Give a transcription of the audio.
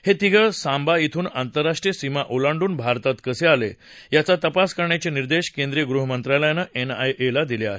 हे तिघं सांबा श्विून आंतरराष्ट्रीय सीमा ओलांडून भारतात कसे आले याचा तपास करण्याचे निर्देश केंद्रीय गृहमंत्रालयानं एनआयएला दिले आहेत